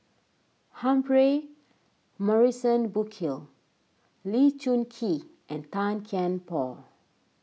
Humphrey Morrison Burkill Lee Choon Kee and Tan Kian Por